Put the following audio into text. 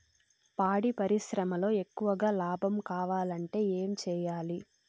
పాడి పరిశ్రమలో ఎక్కువగా లాభం కావాలంటే ఏం చేయాలి?